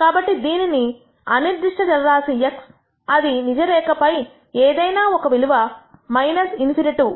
కాబట్టి దీనిని అనిర్దిష్ట చరరాశి x అది నిజం రేఖ పై ఏదైనా ఒక విలువ ∞